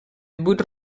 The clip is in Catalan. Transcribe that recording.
divuit